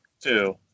two